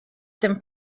dem